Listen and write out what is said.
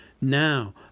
Now